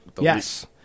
Yes